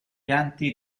altri